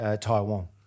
Taiwan